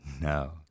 No